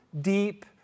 deep